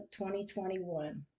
2021